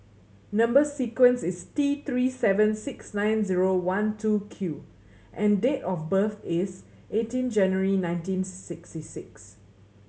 number sequence is T Three seven six nine zero one two Q and date of birth is eighteen January nineteen sixty six